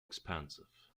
expensive